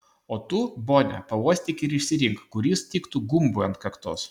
o tu bone pauostyk ir išsirink kuris tiktų gumbui ant kaktos